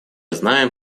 знаем